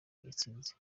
yatsinze